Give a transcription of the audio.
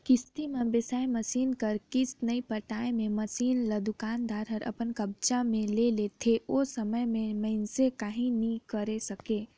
किस्ती म बिसाए मसीन कर किस्त नइ पटाए मे मसीन ल दुकानदार हर अपन कब्जा मे ले लेथे ओ समे में मइनसे काहीं नी करे सकें